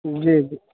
जी जी